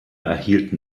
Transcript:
erhielten